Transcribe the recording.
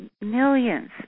millions